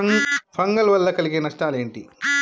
Fungal వల్ల కలిగే నష్టలేంటి?